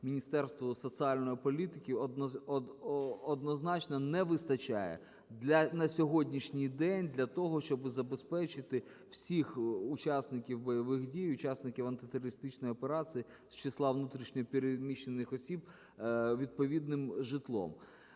Міністерству соціальної політики, однозначно не вистачає на сьогоднішній день для того, щоб забезпечити всіх учасників бойових дій, учасників антитерористичної операції з числа внутрішньо переміщених осіб відповідним житлом.